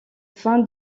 fin